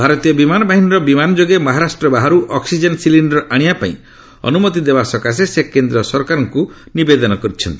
ଭାରତୀୟ ବିମାନ ବାହିନୀର ବିମାନ ଯୋଗେ ମହାରାଷ୍ଟ୍ର ବାହାରୁ ଅକ୍ସିଜେନ୍ ସିଲିଣ୍ଡର ଆଣିବା ପାଇଁ ଅନୁମତି ଦେବା ପାଇଁ ସେ କେନ୍ଦ୍ର ସରକାରଙ୍କୁ ଅନୁମତି କରିଛନ୍ତି